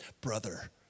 Brother